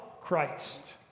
Christ